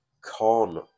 con